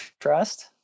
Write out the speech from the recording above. Trust